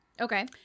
Okay